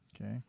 Okay